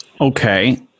Okay